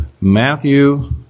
Matthew